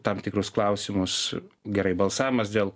tam tikrus klausimus gerai balsavimas dėl